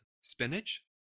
spinach